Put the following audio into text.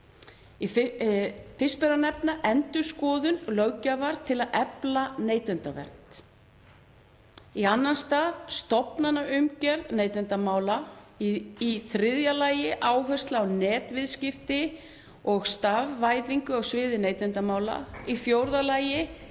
Fyrst ber að nefna endurskoðun löggjafar til að efla neytendavernd. Í annan stað stofnanaumgjörð neytendamála. Í þriðja lagi áhersla á netviðskipti og stafvæðingu á sviði neytendamála. Í fjórða lagi